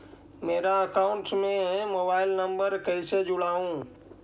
मेरा अकाउंटस में mobile number कैसे जुड़उ?